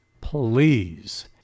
please